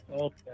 Okay